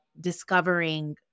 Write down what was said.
discovering